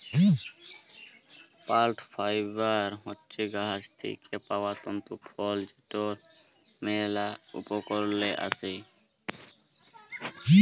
plant fibre হছে গাহাচ থ্যাইকে পাউয়া তল্তু ফল যেটর ম্যালা উপকরল আসে